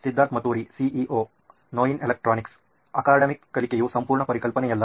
Siddharth Maturi CEO ನೋಯಿನ್ electronics academics ಕಲಿಕೆಯು ಸಂಪೂರ್ಣ ಪರಿಕಲ್ಪನೆಯಲ್ಲ